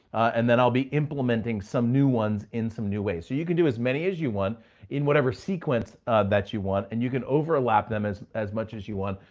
and then i'll be implementing some new ones in some new ways. so you can do as many as you want in whatever sequence that you want and you can overlap them as as much as you want.